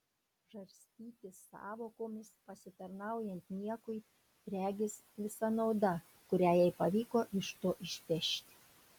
žarstytis sąvokomis pasitarnaujant niekui regis visa nauda kurią jai pavyko iš to išpešti